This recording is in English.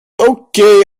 okay